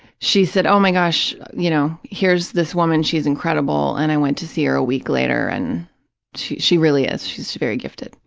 she said, oh, my gosh, you know, here's this woman, she's incredible, and i went to see her a week later and she, she really is, she's very gifted.